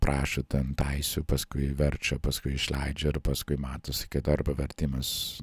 prašo ten teisių paskui verčia paskui išleidžia ir paskui matosi kai arba vertimas